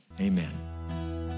Amen